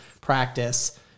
practice